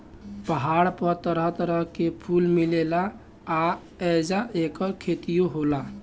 पहाड़ पर तरह तरह के फूल मिलेला आ ऐजा ऐकर खेतियो होला